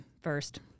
first